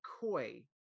coy